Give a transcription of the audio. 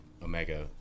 Omega